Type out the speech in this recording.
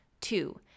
Two